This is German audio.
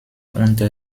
unter